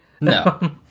No